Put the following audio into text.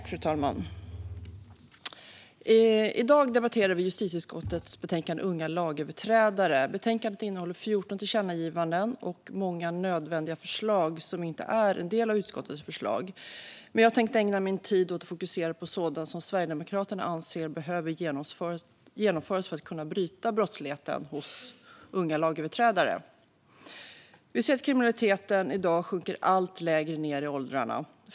Fru talman! I dag debatterar vi justitieutskottets betänkande Unga lag överträdare . Betänkandet innehåller 14 tillkännagivanden och många nödvändiga förslag som inte är del av utskottets förslag. Jag tänkte ägna min tid åt att fokusera på sådant som Sverigedemokraterna anser behöver genomföras för att brottsligheten hos unga lagöverträdare ska kunna brytas. Vi ser att kriminaliteten i dag sjunker allt lägre ned i åldrarna.